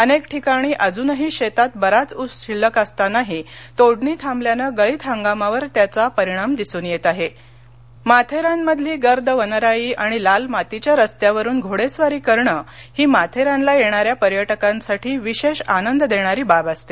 अनेक ठिकाणी अजूनही शेतात बराच ऊस शिल्लक असतानाही तोडणी थांबल्याने गळीत हंगामावर त्याचा परिणाम दिसून येत आहे माथेरान घोडे अलिवाग माथेरानमधली गर्द वनराई आणि लाल मातीच्या रस्त्यावरून घोडेस्वारी करणे ही माथेरानला येणाऱ्या पर्यटकांसाठी विशेष आनंद देणारी बाब असते